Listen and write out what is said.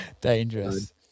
Dangerous